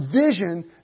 vision